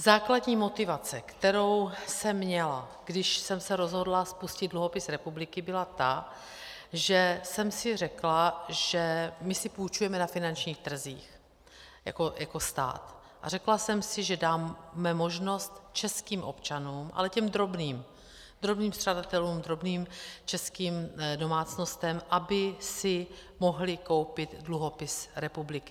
Základní motivace, kterou jsem měla, když jsem se rozhodla spustit dluhopis republiky, byla ta, že jsem si řekla, že my si půjčujeme na finančních trzích jako stát, a řekla jsem si, že dáme možnost českým občanům, ale těm drobným, drobným střadatelům, drobným českým domácnostem, aby si mohli koupit dluhopis republiky.